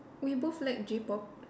we both like J-pop